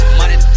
money